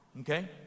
okay